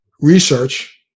research